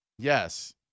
Yes